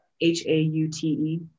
h-a-u-t-e